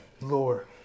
Lord